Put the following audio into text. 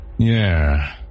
Yeah